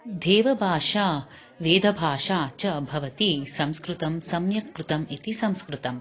देवभाषा वेदभाषा च भवति संस्कृतं सम्यक् कृतम् इति संस्कृतम्